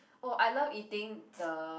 oh I love eating the